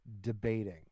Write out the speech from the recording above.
debating